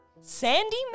Sandy